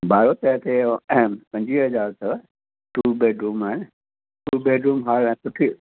भाड़ो त हिते पंजवीह हज़ार अथव टू बेडरुम आहे टू बेडरुम हॉल ऐं सुठी